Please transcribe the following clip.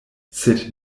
sed